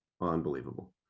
Unbelievable